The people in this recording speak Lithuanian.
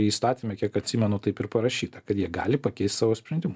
įstatyme kiek atsimenu taip ir parašyta kad jie gali pakeist savo sprendimą